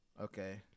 okay